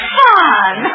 fun